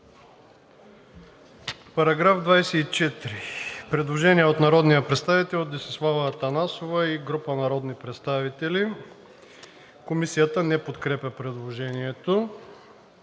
Параграф 8 – предложение от народния представител Десислава Атанасова – параграф 8 да се отхвърли. Комисията не подкрепя предложението.